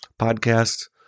Podcasts